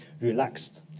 relaxed